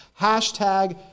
Hashtag